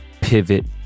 pivot